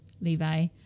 Levi